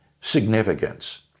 significance